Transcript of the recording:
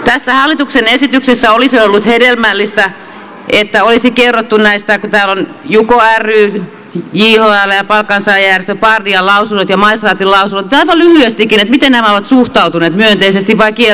tässä hallituksen esityksessä olisi ollut hedelmällistä että olisi kerrottu näistä kun täällä on juko ryn jhln ja palkansaajajärjestö pardian lausunnot ja maistraatin lausunnot vaikka aivan lyhyestikin miten nämä ovat suhtautuneet myönteisesti vai kielteisesti